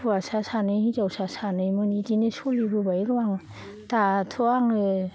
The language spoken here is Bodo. हौवासा सानै हिनजावसा सानैमोन इदिनो सोलिबोबायर' आं दाथ' आङो